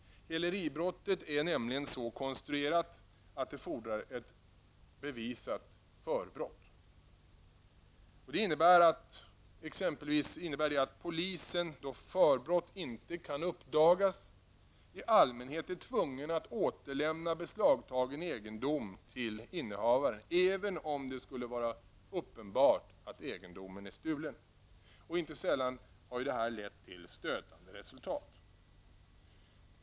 Häleribrottet är nämligen så konstruerat att det fordrar ett bevisat förbrott. Detta innebär exempelvis att polisen, då något förbrott inte kan uppdagas, i allmänhet är tvungen att återlämna beslagtagen egendom till innehavaren, även om det skulle vara uppenbart att egendomen är stulen. Inte sällan har detta fått stötande resultat.